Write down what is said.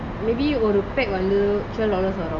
maybe ஒரு:oru pack வந்து:vanthu twelve dollars around